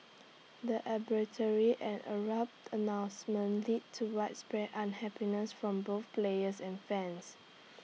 the and abrupt announcement led to widespread unhappiness from both players and fans